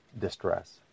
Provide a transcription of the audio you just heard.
distress